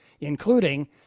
including